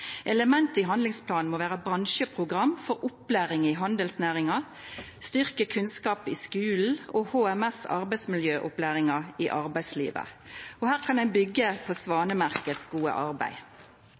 Element i handlingsplanen må vera bransjeprogram for opplæring i handelsnæringa, styrking av kunnskapen i skulen og HMS- og arbeidsmiljøopplæringa i arbeidslivet. Her kan ein